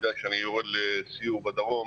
בגלל שאני יורד לסיור בדרום,